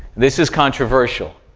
this is controversial,